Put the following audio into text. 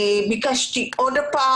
ביקשתי שוב,